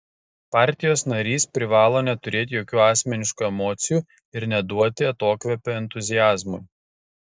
partijos narys privalo neturėti jokių asmeniškų emocijų ir neduoti atokvėpio entuziazmui